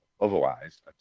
otherwise